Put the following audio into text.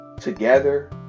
together